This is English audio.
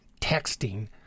texting